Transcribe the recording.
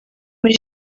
muri